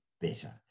better